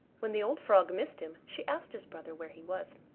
when the old frog missed him, she asked his brother where he was.